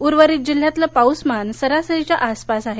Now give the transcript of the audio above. उर्वरित जिल्ह्यातलं पाऊसमान सरासरीच्या आसपास आहे